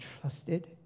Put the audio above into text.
trusted